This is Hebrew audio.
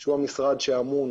שהוא המשרד שאמון